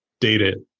data